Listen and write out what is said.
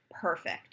perfect